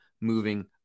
moving